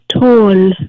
tall